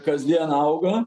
kasdien auga